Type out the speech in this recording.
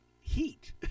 heat